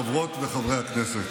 חברות וחברי הכנסת,